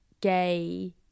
gay